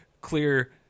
clear